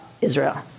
Israel